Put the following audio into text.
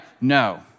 No